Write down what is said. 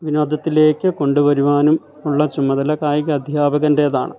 വിനോദത്തിലേക്ക് കൊണ്ടുവരുവാനും ഉള്ള ചുമതല കായിക അധ്യാപകന്റേതാണ്